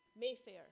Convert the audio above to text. mayfair